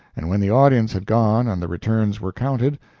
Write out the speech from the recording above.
and when the audience had gone and the returns were counted,